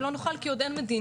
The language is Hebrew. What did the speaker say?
לא נוכל כי עוד אין מדיניות.